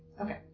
Okay